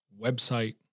website